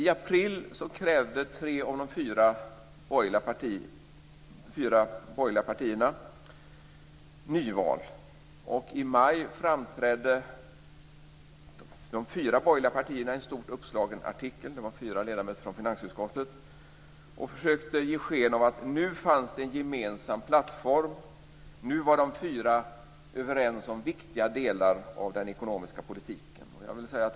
I april krävde tre av de fyra borgerliga partierna nyval. I maj framträdde fyra borgerliga ledamöter i finansutskottet i en stort uppslagen artikel och försökte ge sken av att det nu fanns en gemensam plattform och att de fyra var överens om viktiga delar i den ekonomiska politiken.